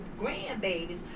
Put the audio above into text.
grandbabies